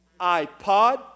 iPod